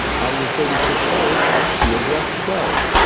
out of the thirty six holes, she addressed twelve.